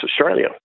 Australia